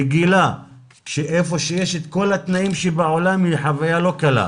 היכן שיש את כל התנאים שבעולם היא חוויה לא קלה,